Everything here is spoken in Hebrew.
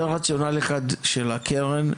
זה רציונל אחד של הקרן,